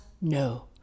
No